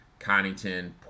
Connington